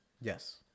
Yes